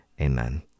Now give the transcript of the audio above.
Amen